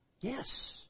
Yes